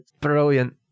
brilliant